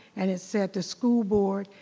and it said the school board,